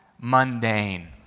mundane